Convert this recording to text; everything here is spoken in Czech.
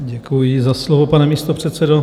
Děkuji za slovo, pane místopředsedo.